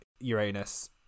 Uranus